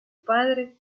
padre